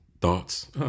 Thoughts